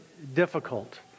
difficult